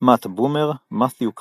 מאט בומר - מתיו קאלן.